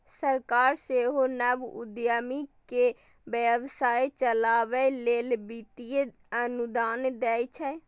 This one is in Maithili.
सरकार सेहो नव उद्यमी कें व्यवसाय चलाबै लेल वित्तीय अनुदान दै छै